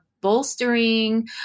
bolstering